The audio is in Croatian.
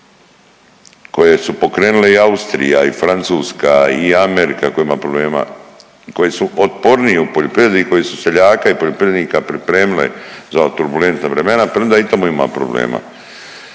koje su pokrenule i Austrija i Francuska i Amerika koje imaju problema, koji su otporniji u poljoprivredi koji su seljaka i poljoprivrednika pripremile za ova turbulentna vremena, premda i tamo ima problema,